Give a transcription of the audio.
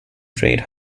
trade